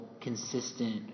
consistent